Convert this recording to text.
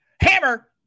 Hammer